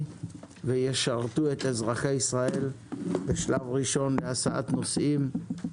וישרתו את אזרחי ישראל בשלב ראשון להסעת נוסעים.